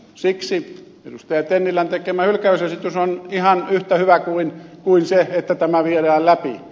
tennilän tekemä hylkäysesitys on ihan yhtä hyvä kuin se että tämä viedään läpi